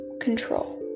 control